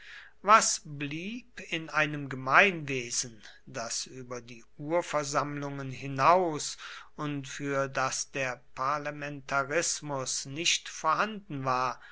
was blieb in einem gemeinwesen das über die urversammlungen hinaus und für das der parlamentarismus nicht vorhanden war